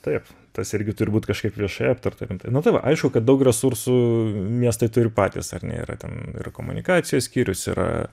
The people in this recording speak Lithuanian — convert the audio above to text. taip tas irgi turi būt kažkaip viešai aptarta rimtai nu tai aišku kad daug resursų miestai turi patys ar ne yra ten ir komunikacijos skyrius yra